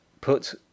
Put